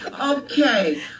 Okay